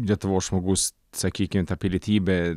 lietuvos žmogus sakykim ta pilietybė